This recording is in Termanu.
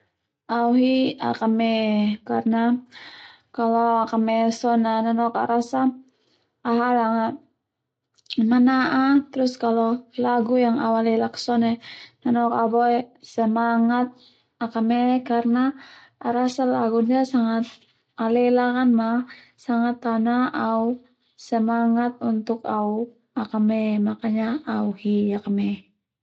Au hi akame karna kalo au akame sone nanok au rasa au halang a mana'a terus kalo lagu yang au alelak sone nanok au Boe semangat akame karna au rasa lagu ndia sangat au alelak an ma sangat tao na au semangat akame makanya au hi akame.